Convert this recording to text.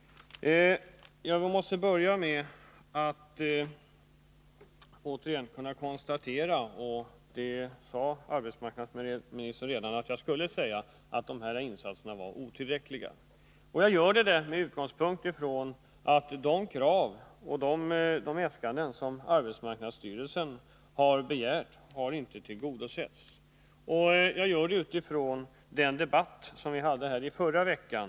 Jag måste återigen konstatera — det ville arbetsmarknadsministern att jag skulle säga — att insatserna var otillräckliga. Jag gör det med utgångspunkt i de krav och äskanden som arbetsmarknadsstyrelsen har framställt men som inte har tillgodosetts samt utifrån den debatt som vi hade här förra veckan.